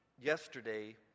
Yesterday